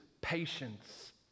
patience